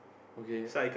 okay